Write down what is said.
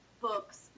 books